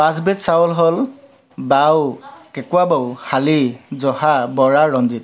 পাঁচবিধ চাউল হ'ল বাও কেকোৱা বাও শালি জহা বৰা ৰঞ্জিত